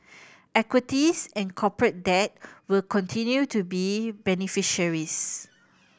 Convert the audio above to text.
equities and corporate debt will continue to be beneficiaries